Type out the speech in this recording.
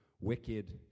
wicked